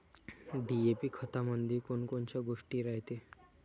DAP खतामंदी कोनकोनच्या गोष्टी रायते?